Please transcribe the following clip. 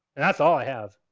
and that's all i have.